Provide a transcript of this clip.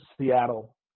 Seattle